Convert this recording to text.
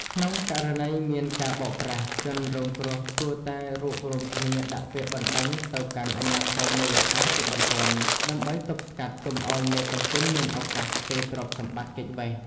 ក្នុងករណីមានការបោកប្រាស់ ជនរងគ្រោះគួរតែរួបរួមគ្នាដាក់ពាក្យបណ្ដឹងទៅកាន់អាជ្ញាធរមូលដ្ឋានជាបន្ទាន់ ដើម្បីទប់ស្កាត់កុំឱ្យមេតុងទីនមានឱកាសផ្ទេរទ្រព្យសម្បត្តិគេចវេស។